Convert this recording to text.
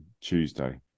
Tuesday